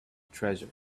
treasure